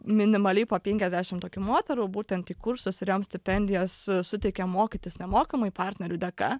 minimaliai po penkiasdešim tokių moterų būtent į kursus ir joms stipendijas suteikia mokytis nemokamai partnerių dėka